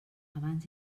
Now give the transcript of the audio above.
abans